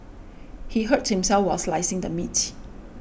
he hurt himself while slicing the meat